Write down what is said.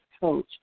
coach